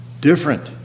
Different